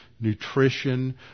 nutrition